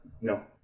No